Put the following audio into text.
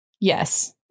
Yes